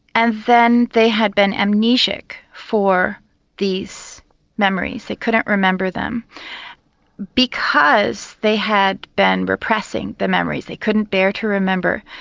and then they had been amnesic for these memories, they couldn't remember them because they had been repressing the memories they couldn't bear to remember.